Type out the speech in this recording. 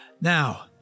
Now